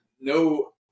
no